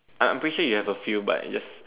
I I'm pretty sure you have a few but just